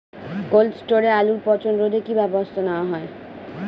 Cold স্টোরে আলুর পচন রোধে কি ব্যবস্থা নেওয়া হয়?